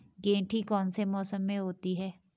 गेंठी कौन से मौसम में होती है?